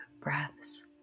breaths